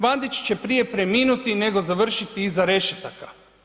Bandić će prije preminuti nego završiti iza rešetaka.